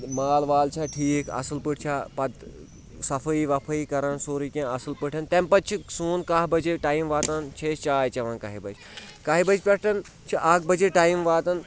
مال وال چھا ٹھیٖک اَصٕل پٲٹھۍ چھا پَتہٕ صفٲیی وفٲیی کَران سورُے کینٛہہ اَصٕل پٲٹھۍ تمہِ پَتہٕ چھِ سون کَہہ بَجے ٹایم واتان چھِ أسۍ چاے چٮ۪وان کَہہِ بَجہِ کَہہِ بَجہِ پٮ۪ٹھ چھِ اَکھ بَجے ٹایم واتان